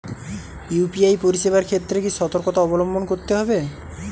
UPI পরিসেবার ক্ষেত্রে কি সতর্কতা অবলম্বন করতে হবে?